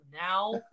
now